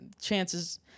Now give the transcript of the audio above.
chances